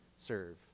serve